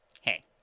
hey